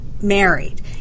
married